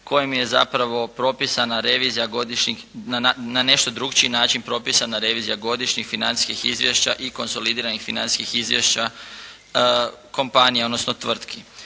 kojim je zapravo na nešto drukčiji način propisana revizija godišnjih financijskih izvješća i konsolidiranih financijskih izvješća kompanija odnosno tvrtki.